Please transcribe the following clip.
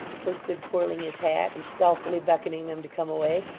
who stood twirling his hat, and stealthily beckoning them to come away,